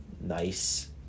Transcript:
nice